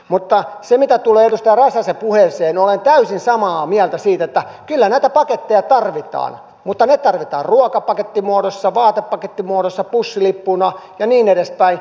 mutta mitä tulee edustaja räsäsen puheeseen olen täysin samaa mieltä siitä että kyllä näitä paketteja tarvitaan mutta ne tarvitaan ruokapakettimuodossa vaatepakettimuodossa bussilippuina ja niin edes päin